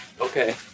Okay